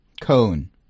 cone